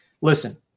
listen